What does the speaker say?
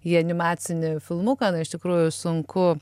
į animacinį filmuką na iš tikrųjų sunku